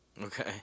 Okay